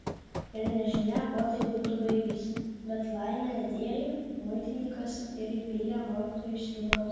ir nežinia kuo tai būtų baigęsi bet laimė atėjo muitininkas ir įpylė mokytojui sriubos